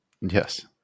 Yes